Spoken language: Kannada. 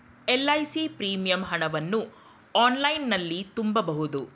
ಎಲ್.ಐ.ಸಿ ಪ್ರೀಮಿಯಂ ಹಣವನ್ನು ಆನ್ಲೈನಲ್ಲಿ ತುಂಬಬಹುದು